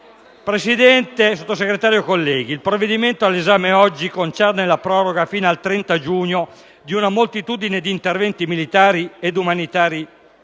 Presidente, Sottosegretario, colleghi, il provvedimento all'esame oggi concerne la proroga fino al 30 giugno di una moltitudine di interventi militari ed umanitari